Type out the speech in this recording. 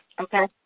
Okay